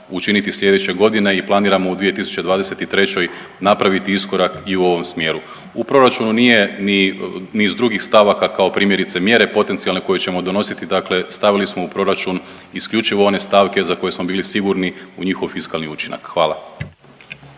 učiniti sljedeće godine i planiramo u 2023. napraviti iskorak i u ovom smjeru. U proračunu nije ni niz drugih stavaka, kao primjerice mjere potencijalne koje ćemo donositi, dakle stavili smo u proračun isključivo one stavke za koje smo bili sigurni u njihov fiskalni učinak. Hvala.